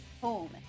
home